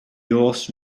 horse